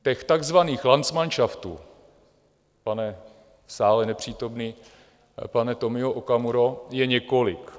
Těch takzvaných landsmanšaftů, pane v sále nepřítomný Tomio Okamuro, je několik.